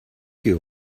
you